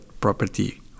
property